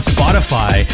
Spotify